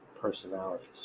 personalities